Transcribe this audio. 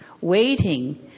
Waiting